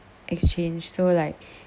exchange so like